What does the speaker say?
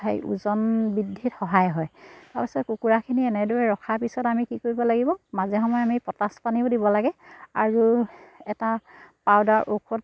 সেই ওজন বৃদ্ধিত সহায় হয় অৱশ্যে কুকুৰাখিনি এনেদৰে ৰখাৰ পিছত আমি কি কৰিব লাগিব মাজে সময়ে আমি পটাচ পানীও দিব লাগে আৰু এটা পাউদাৰ ঔষধ